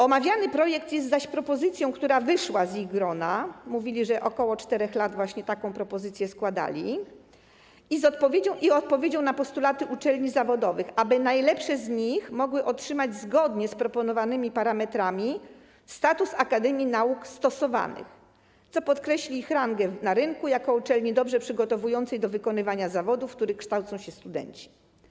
Omawiany projekt jest zaś propozycją, która wyszła z ich grona - mówili, że ok. 4 lat właśnie taką propozycję składali - i odpowiedzią na postulaty uczelni zawodowych, aby najlepsze z nich mogły otrzymać zgodnie z proponowanymi parametrami status akademii nauk stosowanych, co podkreśli ich rangę na rynku jako uczelni dobrze przygotowującej do wykonywania zawodów, w których kształcą się studenci.